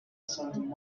something